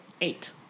eight